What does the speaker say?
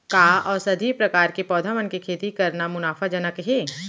का औषधीय प्रकार के पौधा मन के खेती करना मुनाफाजनक हे?